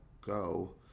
go